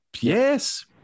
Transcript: yes